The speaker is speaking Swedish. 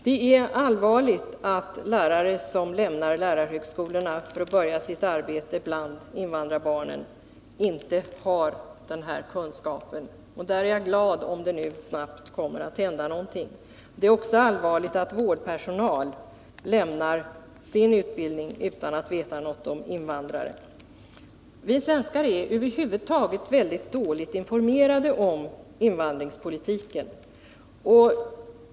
Det är allvarligt att lärare som lämnar lärarhögskolorna för att börja sitt arbete bland invandrarbarnen inte har den här kunskapen. Jag är glad om det nu snart kommer att hända någonting på det området. Det är också allvarligt att vårdpersonal lämnar sin utbildning utan att veta någonting om invandrare. Vi svenskar är över huvud taget mycket dåligt informerade om invandringspolitiken.